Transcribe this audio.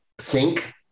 sink